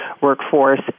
workforce